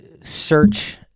search